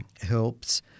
helps